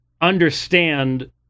understand